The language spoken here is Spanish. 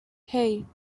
hey